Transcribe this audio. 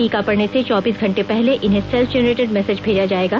टीका पड़ने से चौबीस घंटे पहले इन्हें सेल्फ जेनरेटेड मैसेज भेजा जाएगा